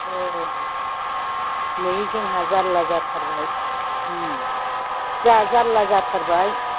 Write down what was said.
औ नै जोंहा जाल्ला जाथारबाय जोंहा जाल्ला जाथारबाय